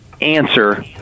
answer